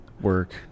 work